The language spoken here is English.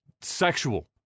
sexual